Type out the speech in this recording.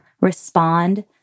respond